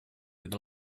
with